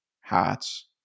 hats